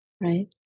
right